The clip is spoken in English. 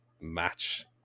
match